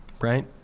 right